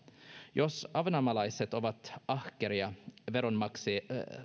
jos ahvenanmaalaiset ovat ahkeria veronmaksajia